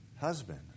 husband